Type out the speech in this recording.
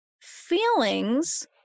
feelings